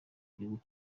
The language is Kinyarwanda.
gihugu